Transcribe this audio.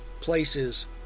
Place's